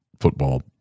football